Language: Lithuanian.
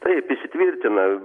taip įsitvirtina